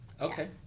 Okay